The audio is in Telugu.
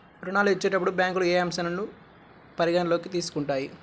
ఋణాలు ఇచ్చేటప్పుడు బ్యాంకులు ఏ అంశాలను పరిగణలోకి తీసుకుంటాయి?